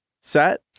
set